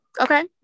Okay